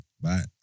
Bye